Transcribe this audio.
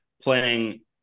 playing